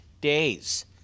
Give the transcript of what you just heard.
days